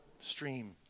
stream